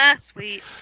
Sweet